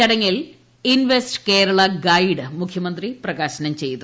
ചടങ്ങിൽ ഇൻവെസ്റ്റ് കേരള ഉട്ട്ഗ്സ് മുഖ്യമന്ത്രി പ്രകാശനം ചെയ്തു